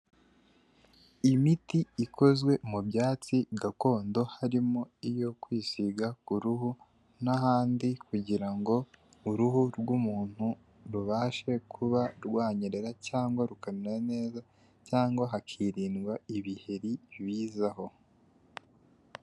Imiti ikozwe mu byatsi gakondo harimo iyo kwisiga ku ruhu n'ahandi kugira ngo uruhu rw'umuntu rubashe kuba rwanyerera cyangwa rukamera neza cyangwa hakiririndwa ibiheri bizaho.